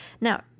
Now